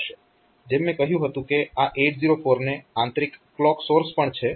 જેમ મેં કહ્યું હતું કે આ 0804 ને આંતરિક ક્લોક સોર્સ પણ છે